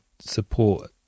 support